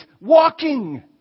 Walking